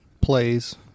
Plays